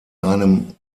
einem